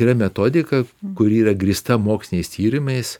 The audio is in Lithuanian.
yra metodika kuri yra grįsta moksliniais tyrimais